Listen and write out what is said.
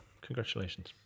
Congratulations